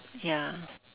ya